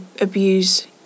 abuse